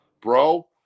bro